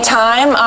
time